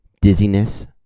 dizziness